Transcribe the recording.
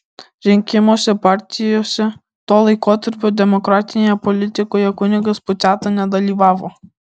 rinkimuose partijose to laikotarpio demokratinėje politikoje kunigas puciata nedalyvavo